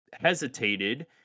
hesitated